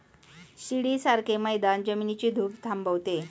शिडीसारखे मैदान जमिनीची धूप थांबवते